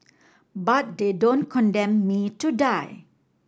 but they don't condemn me to die